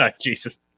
Jesus